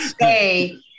say